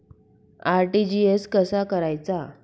RTGS कसा करायचा?